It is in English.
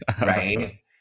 right